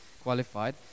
qualified